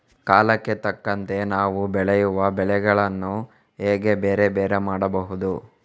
ಕಾಲಕ್ಕೆ ತಕ್ಕಂತೆ ನಾವು ಬೆಳೆಯುವ ಬೆಳೆಗಳನ್ನು ಹೇಗೆ ಬೇರೆ ಬೇರೆ ಮಾಡಬಹುದು?